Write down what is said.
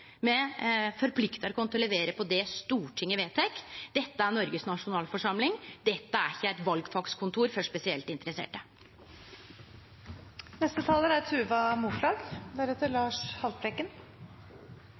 me forpliktar oss til å levere på det Stortinget vedtek. Dette er Noregs nasjonalforsamling, ikkje eit valfagskontor for spesielt